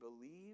believe